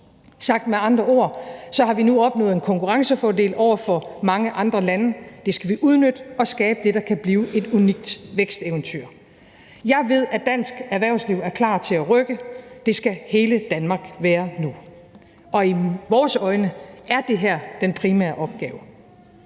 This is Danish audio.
Sagt med andre ord har vi nu opnået en konkurrencefordel over for mange andre lande. Det skal vi udnytte i forhold til at skabe det, der kan blive et unikt væksteventyr. Jeg ved, at dansk erhvervsliv er klar til at rykke. Det skal hele Danmark være nu. Og i vores øjne er det her den primære opgave.